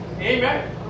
Amen